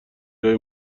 جای